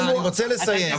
אני רוצה לסיים.